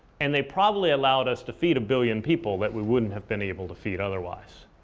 and they probably allowed us to feed a billion people that we wouldn't have been able to feed otherwise.